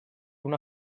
una